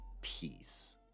peace